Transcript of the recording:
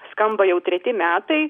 skamba jau treti metai